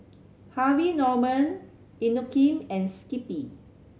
Harvey Norman Inokim and Skippy